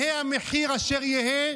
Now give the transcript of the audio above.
יהא המחיר אשר יהא,